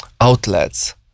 outlets